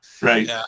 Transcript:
right